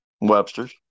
Webster's